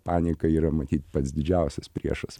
panika yra matyt pats didžiausias priešas